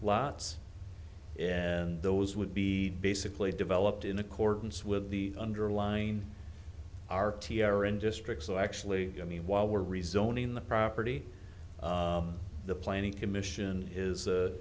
lots and those would be basically developed in accordance with the underlying r t r and district so actually i mean while we're rezoning the property the planning commission is